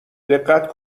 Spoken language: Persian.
دقت